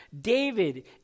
David